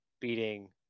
beating